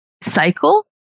cycle